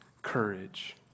courage